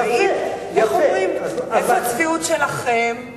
איך אומרים: איפה הצביעות שלכם?